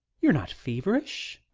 you're not feverish?